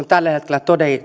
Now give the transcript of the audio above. tällä hetkellä